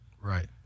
right